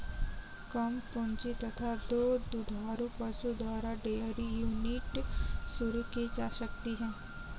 कम पूंजी तथा दो दुधारू पशु द्वारा डेयरी यूनिट शुरू की जा सकती है